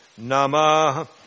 Namah